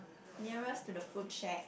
nearest to the food shack